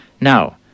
Now